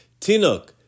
Tinuk